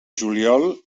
juliol